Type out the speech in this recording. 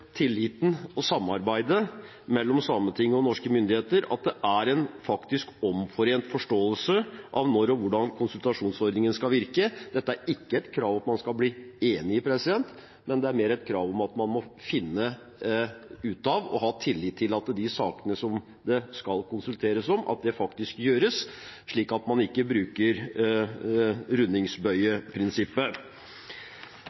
tilliten og samarbeidet mellom Sametinget og norske myndigheter at det er en faktisk omforent forståelse av når og hvordan konsultasjonsordningen skal virke. Dette er ikke et krav om at man skal bli enige, det er mer et krav om at man må finne ut av og ha tillit til at de sakene som det skal konsulteres om, faktisk blir konsultert om, slik at man ikke bruker